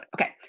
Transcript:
Okay